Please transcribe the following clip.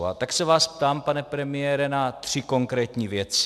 A tak se vás ptám, pane premiére, na tři konkrétní věci.